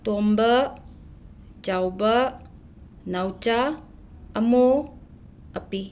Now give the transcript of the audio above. ꯇꯣꯝꯕ ꯆꯥꯎꯕ ꯅꯥꯎꯆꯥ ꯑꯃꯣ ꯑꯄꯤ